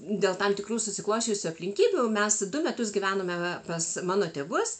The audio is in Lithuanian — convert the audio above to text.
dėl tam tikrų susiklosčiusių aplinkybių mes du metus gyvenome pas mano tėvus